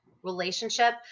relationship